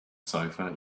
sofa